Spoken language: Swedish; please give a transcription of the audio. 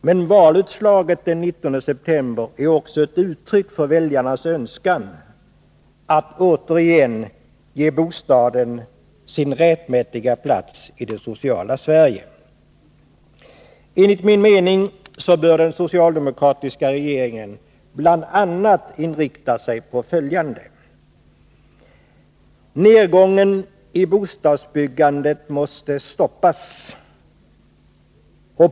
Men valutslaget den 19 september är också ett uttryck för väljarnas önskan att återigen ge bostaden dess rättmätiga plats i det sociala Sverige. Enligt min mening bör den socialdemokratiska regeringen bl.a. inrikta sig på följande. Nedgången i bostadsbyggandet måste stoppas.